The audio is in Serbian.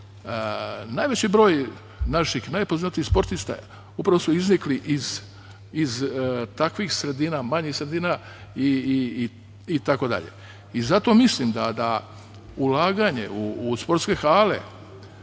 broj naših najpoznatijih sportista upravo su iznikli iz takvih sredina, manjih sredina. Zato mislim da ulaganje u sportske hale,